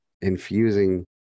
infusing